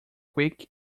quick